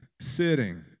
sitting